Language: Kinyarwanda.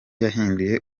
yahinduye